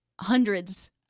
hundreds